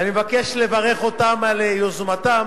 ואני מבקש לברך אותם על יוזמתם.